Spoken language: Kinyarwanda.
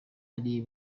ari